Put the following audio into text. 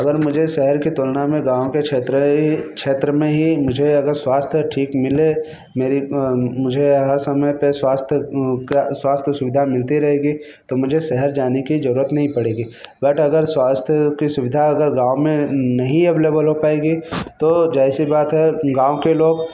अगर मुझे शहर की तुलना में गाँव के क्षेत्रीय क्षेत्र में मुझे अगर स्वास्थ्य ठीक मिले मेरी मुझे हर समय स्वास्थ्य का स्वास्थ्य सुविधा मिलती रहेगी तो मुझे शहर जाने की जरूरत नहीं पड़ेगी बट अगर स्वास्थ्य की सुविधा अगर गाँव में नहीं अवेलेबल हो पाएगी तो जाहिर सी बात है गाँव के लोग